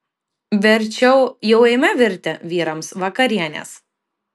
verčiau jau eime virti vyrams vakarienės